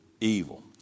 evil